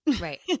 Right